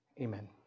Amen